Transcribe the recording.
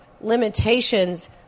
limitations